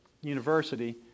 university